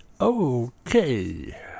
Okay